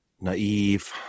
naive